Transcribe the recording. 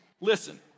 Listen